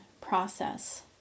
process